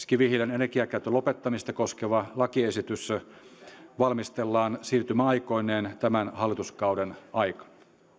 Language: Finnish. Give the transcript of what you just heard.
kivihiilen energiakäytön lopettamista koskeva lakiesitys valmistellaan siirtymäaikoineen tämän hallituskauden aikana